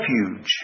refuge